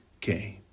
came